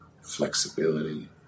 flexibility